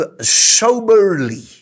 soberly